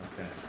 Okay